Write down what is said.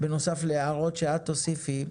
בנוסף להערות שאת תוסיפי,